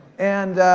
and,